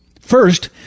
First